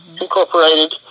Incorporated